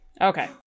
Okay